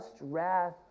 wrath